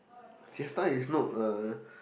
siesta is not a